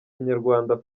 inyarwanda